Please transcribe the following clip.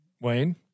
Wayne